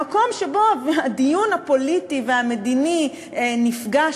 המקום שבו הדיון הפוליטי והמדיני נפגש,